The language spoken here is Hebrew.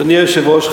אדוני היושב-ראש,